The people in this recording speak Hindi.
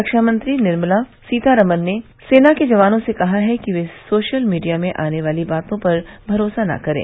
रक्षा मंत्री निर्मला सीतारमन ने सेना के जवानों से कहा कि वे सोशल मीडिया में आने वाली बातों पर भरोसा न करे